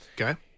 Okay